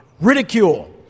ridicule